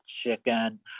chicken